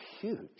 huge